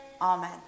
Amen